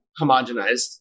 homogenized